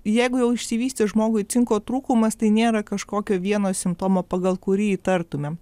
jeigu jau išsivystė žmogui cinko trūkumas tai nėra kažkokio vieno simptomo pagal kurį įtartumėm